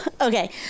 Okay